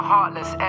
Heartless